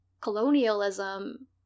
colonialism